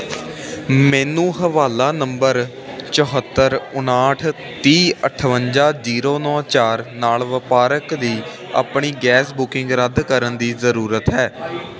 ਮੈਨੂੰ ਹਵਾਲਾ ਨੰਬਰ ਚਹੱਤਰ ਉਨਾਹਠ ਤੀਵ ਅਠਵੰਜਾ ਜੀਰੋ ਨੌ ਚਾਰ ਨਾਲ ਵਪਾਰਕ ਦੀ ਆਪਣੀ ਗੈਸ ਬੁਕਿੰਗ ਰੱਦ ਕਰਨ ਦੀ ਜ਼ਰੂਰਤ ਹੈ